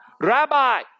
rabbi